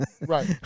Right